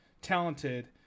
talented